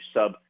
sub